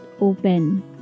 open